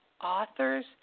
authors